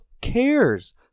cares